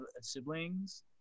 siblings